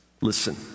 Listen